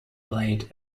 played